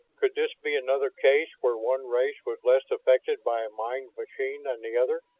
could this be another case where one race was less affected by a mind machine than the other?